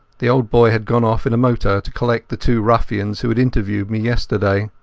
the old boy had gone off in a motor to collect the two ruffians who had interviewed me yesterday.